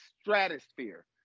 stratosphere